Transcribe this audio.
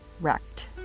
wrecked